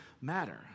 matter